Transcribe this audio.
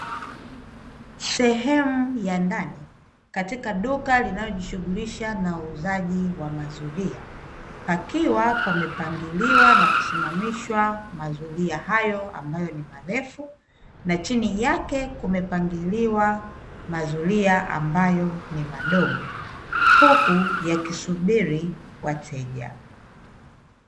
Sehemu ya ndani katika duka linalojishughulisha na uuzaji wa mazulia, pakiwa pamepangiliwa na kusimamishwa mazulia hayo ambayo ni marefu, na chini yake kumepangiliwa mazulia ambayo ni madogo, huku yakisubiri wateja.